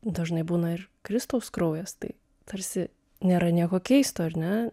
dažnai būna ir kristaus kraujas tai tarsi nėra nieko keisto ar ne